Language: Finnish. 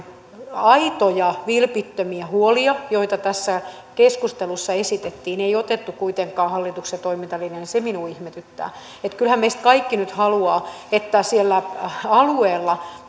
aitoja vilpittömiä huolia joita tässä keskustelussa esitettiin ei otettu kuitenkaan hallituksen toimintalinjaan minua ihmetyttää kyllähän meistä nyt kaikki haluavat että siellä alueella